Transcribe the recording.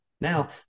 Now